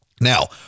Now